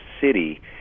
city